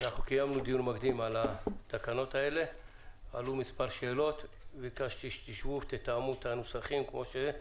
התשפ"א-2021 בדבר התקנת מערכת עזר לנהג להתרעה על השארת ילדים ברכב.